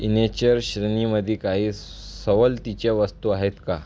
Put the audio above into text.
इनेचर श्रेणीमध्ये काही सवलतीच्या वस्तू आहेत का